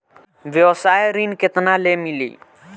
व्यवसाय ऋण केतना ले मिली?